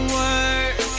work